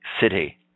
city